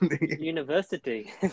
university